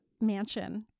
mansion